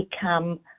become